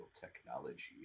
technology